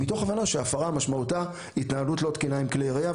מתוך ההבנה שהפרה משמעותה התנהלות לא תקינה עם כלי ירייה,